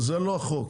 זה לא החוק.